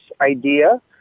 idea